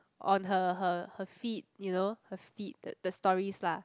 on her her her feed you know her feed the the stories lah